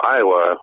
Iowa